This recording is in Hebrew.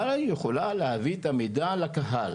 אבל היא יכולה להביא את המידע לקהל.